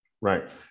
Right